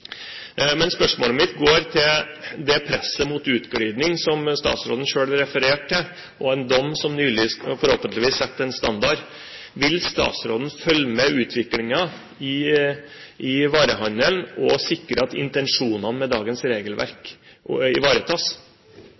Men spørsmålet mitt går på det presset mot utgliding som statsråden selv refererte til, og en dom som forhåpentligvis setter en standard. Vil statsråden følge med i utviklingen i varehandelen og sikre at intensjonene med dagens regelverk ivaretas?